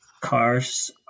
Cars